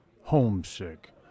homesick